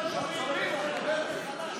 שומעים, אתה מדבר חלש.